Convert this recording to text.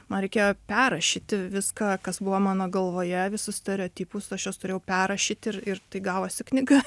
man reikėjo perrašyti viską kas buvo mano galvoje visus stereotipus aš juos turėjau perrašyt ir ir tai gavosi knyga